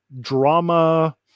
drama